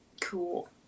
Cool